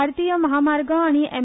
भारतीय म्हामार्ग आनी एम